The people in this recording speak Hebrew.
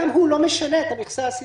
הוא לא משנה את המכסה הסיעתית.